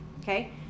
okay